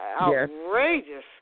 outrageous